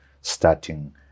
starting